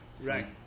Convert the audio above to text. right